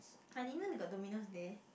I didn't know they got Dominos there